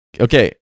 Okay